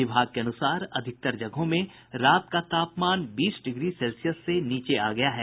विभाग के अनुसार अधिकतर जगहों में रात का तापमान बीस डिग्री सेल्सियस से नीचे चला गया है